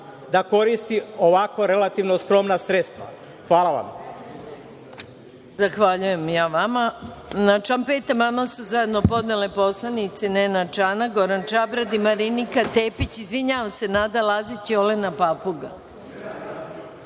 da koristi ovako relativno skromna sredstva. Hvala.